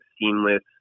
seamless